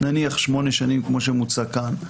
נניח ל-8 שנים כמו שמוצע כאן,